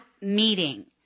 meeting